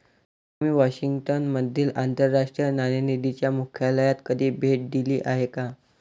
तुम्ही वॉशिंग्टन मधील आंतरराष्ट्रीय नाणेनिधीच्या मुख्यालयाला कधी भेट दिली आहे का?